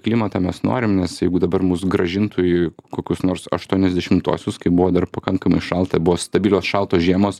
klimatą mes norim nes jeigu dabar mus grąžintų į kokius nors aštuoniasdešimtuosius kai buvo dar pakankamai šalta buvo stabilios šaltos žiemos